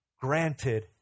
granted